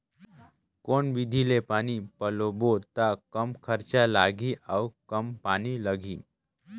कौन विधि ले पानी पलोबो त कम खरचा लगही अउ कम पानी लगही?